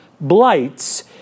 blights